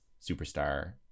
superstar